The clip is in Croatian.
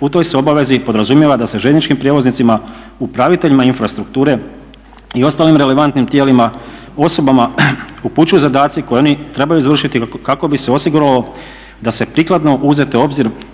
u toj se obavezi podrazumijeva da se željezničkim prijevoznicima, upraviteljima infrastrukture i ostalim relevantnim tijelima, osobama upućuju zadaci koje oni trebaju završiti kako bi se osiguralo da se priklano uzete u obzir sigurnosne